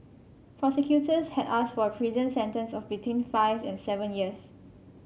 prosecutors had asked for a prison sentence of between five and seven years